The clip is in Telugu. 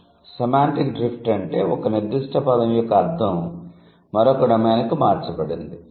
'సెమాంటిక్ డ్రిఫ్ట్' అంటే ఒక నిర్దిష్ట పదం యొక్క అర్థం మరొక డొమైన్కు మార్చబడింది